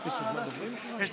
הבנתי.